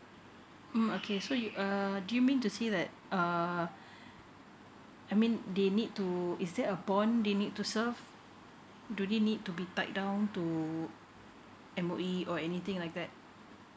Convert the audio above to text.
mm okay so you err do you mean to say that uh I mean they need to is there a bond they need to serve do they need to be tied down to M_O_E or anything like that